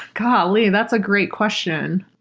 golly! that's a great question.